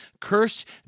Cursed